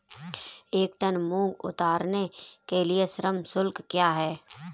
एक टन मूंग उतारने के लिए श्रम शुल्क क्या है?